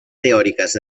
teòriques